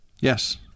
Yes